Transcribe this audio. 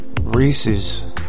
Reese's